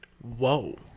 Whoa